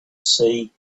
see